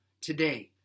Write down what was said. today